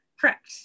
Correct